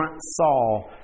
Saul